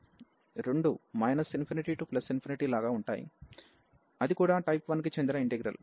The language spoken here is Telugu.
రెండూ ∞ to ∞ లాగా ఉంటాయి అది కూడా టైప్ 1 కి చెందిన ఇంటిగ్రల్